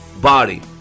body